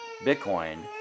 Bitcoin